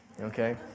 Okay